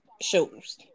shows